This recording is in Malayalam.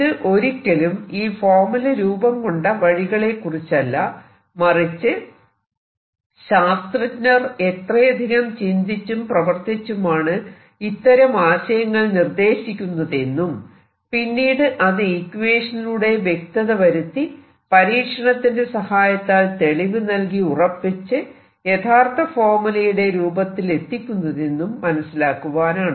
ഇത് ഒരിക്കലും ഈ ഫോർമുല രൂപം കൊണ്ട വഴികളെക്കുറിച്ചല്ല മറിച്ച് ശാസ്ത്രജ്ഞർ എത്രയധികം ചിന്തിച്ചും പ്രവർത്തിച്ചുമാണ് ഇത്തരം ആശയങ്ങൾ നിർദ്ദേശിക്കുന്നതെന്നും പിന്നീട് അത് ഇക്വേഷനിലൂടെ വ്യക്തത വരുത്തി പരീക്ഷണത്തിന്റെ സഹായത്താൽ തെളിവ് നൽകി ഉറപ്പിച്ച് യഥാർത്ഥ ഫോർമുലയുടെ രൂപത്തിലെത്തിക്കുന്നതെന്നും മനസിലാക്കുവാനാണ്